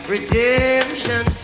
Redemption